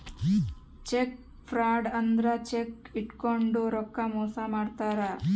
check fraud ಅಂದ್ರ cheque ಇಟ್ಕೊಂಡು ರೊಕ್ಕ ಮೋಸ ಮಾಡ್ತಾರ